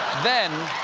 then,